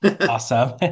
awesome